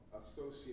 associate